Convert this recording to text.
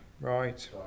right